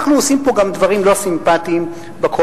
אנחנו עושים פה גם דברים לא סימפתיים בקואליציה,